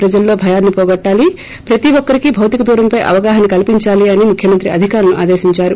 ప్రజల్లో భయాన్ని పోగొట్లాలి ప్రతిఒక్కరికి భౌతికదూరంపై అవగాహన కల్పించాలని ముఖ్యమంత్రి అధికారులను ఆదేశించారు